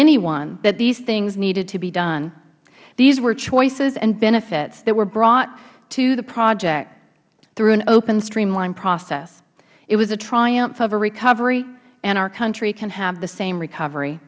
anyone that these things needed to be done these were choices and benefits that were brought to the project through an open streamlined process it was a triumph of our recovery and our country can have the same recovery